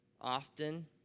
often